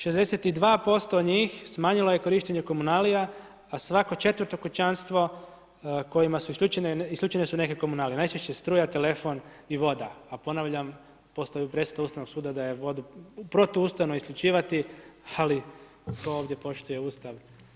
62% njih smanjilo je korištenje komunalija, a svako četvrto kućanstvo kojima su isključene, isključene su neke komunalije, najčešće struja, telefon i voda, a ponavljam postoji presuda Ustavnog suda da je vodu protuustavno isključivati, ali tko ovdje poštuje Ustav?